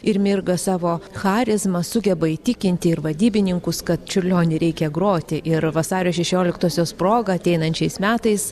ir mirga savo charizma sugeba įtikinti ir vadybininkus kad čiurlionį reikia groti ir vasario šešioliktosios proga ateinančiais metais